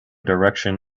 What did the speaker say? direction